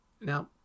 Now